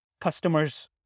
customers